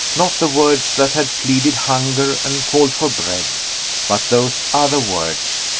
not the words that had pleaded hunger and called for bread but those other words,